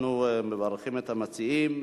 אנחנו מברכים את המציעים.